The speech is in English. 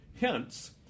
Hence